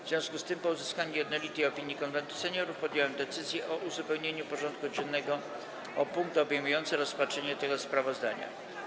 W związku z tym, po uzyskaniu jednolitej opinii Konwentu Seniorów, podjąłem decyzję o uzupełnieniu porządku dziennego o punkt obejmujący rozpatrzenie tego sprawozdania.